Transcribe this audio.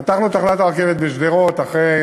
פתחנו את תחנת הרכבת בשדרות אחרי